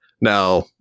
Now